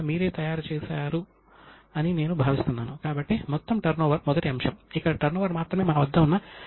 భారతీయ సంప్రదాయంలో అకౌంటింగ్ కాలం అనే భావన ఎంత దృడంగా మూలమైపోయిందో ఇప్పుడు మీరు ఇక్కడ అర్థం చేసుకోవచ్చు